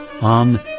on